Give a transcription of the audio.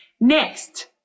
Next